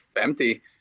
empty